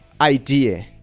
idea